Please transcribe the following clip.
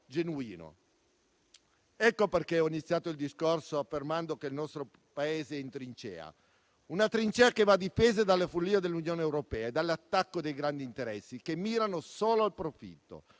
genuino. Ecco perché ho iniziato il discorso affermando che il nostro Paese è in trincea, una trincea che va difesa dalle follie dell'Unione europea e dall'attacco dei grandi interessi che mirano solo al profitto.